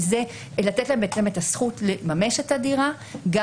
וזה לתת להם את הזכות לממש את הדירה גם